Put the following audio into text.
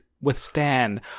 withstand